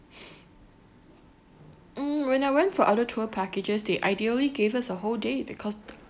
mm when I went for other tour packages they ideally gave us a whole day because